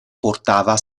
portava